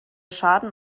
schaden